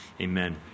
Amen